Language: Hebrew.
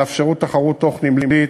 הם יאפשרו תחרות תוך-נמלית,